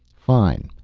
fine.